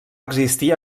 existir